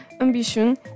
ambition